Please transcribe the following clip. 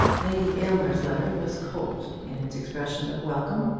lady aylmer's letter was cold in its expression of welcome,